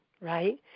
right